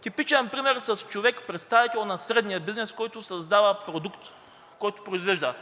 типичен пример с човек, представител на средния бизнес, който създава продукт, който произвежда.